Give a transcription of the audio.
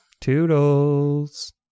Toodles